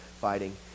fighting